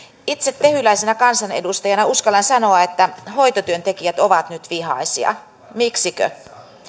itse tehyläisenä kansanedustajana uskallan sanoa että hoitotyöntekijät ovat nyt vihaisia miksikö